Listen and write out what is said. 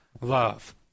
love